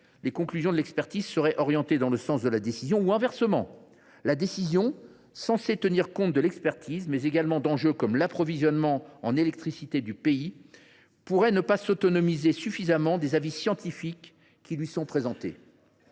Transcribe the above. les conclusions de l’expertise seraient orientées dans le sens de la décision ou, inversement, la décision, censée tenir compte de l’expertise, mais également d’enjeux comme l’approvisionnement en électricité du pays, pourrait ne pas être assez autonome vis à vis des avis scientifiques présentés